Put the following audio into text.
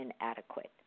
inadequate